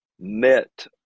met